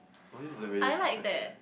oh this is a very good question